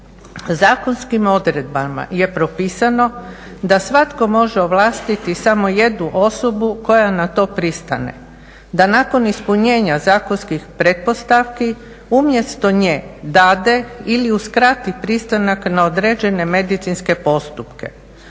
Zakonskim odredbama je propisano da svatko može ovlastit samo jednu osobu koja na to pristane da nakon ispunjenja zakonskih pretpostavki umjesto nje dade ili uskrati pristanak na određene medicinske postupke.